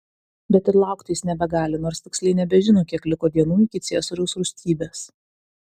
bet ir laukti jis nebegali nors tiksliai nebežino kiek liko dienų iki ciesoriaus rūstybės